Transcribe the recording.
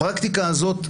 הפרקטיקה הזאת,